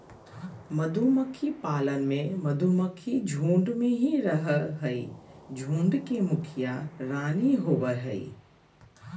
मधुमक्खी पालन में मधुमक्खी झुंड में ही रहअ हई, झुंड के मुखिया रानी होवअ हई